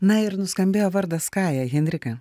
na ir nuskambėjo vardas kaja henrika